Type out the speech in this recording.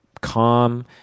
calm